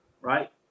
right